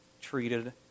treated